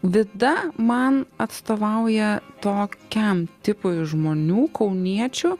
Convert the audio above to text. vida man atstovauja tokiam tipui žmonių kauniečių